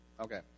Okay